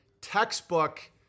textbook